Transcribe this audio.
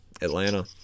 atlanta